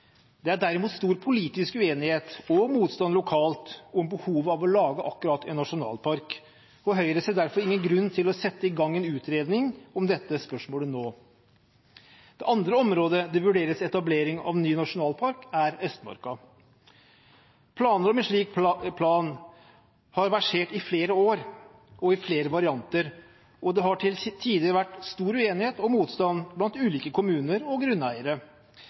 Det er derimot stor politisk uenighet og motstand lokalt om behovet for å lage akkurat en nasjonalpark. Høyre ser derfor ingen grunn til å sette i gang en utredning om dette spørsmålet nå. Det andre området der det vurderes etablering av en ny nasjonalpark, er Østmarka. Planer om en slik park har versert i flere år og i flere varianter, og det har til tider vært stor uenighet og motstand blant ulike kommuner og grunneiere.